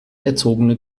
erzogene